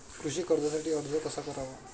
कृषी कर्जासाठी अर्ज कसा करावा?